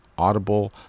audible